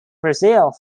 brazil